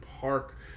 park